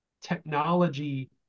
technology